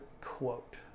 quote